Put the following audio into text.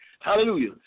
Hallelujah